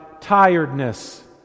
tiredness